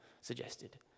suggested